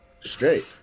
straight